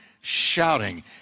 shouting